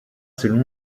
selon